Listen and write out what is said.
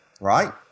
right